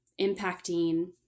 impacting